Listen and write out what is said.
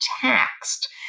taxed